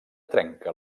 trenca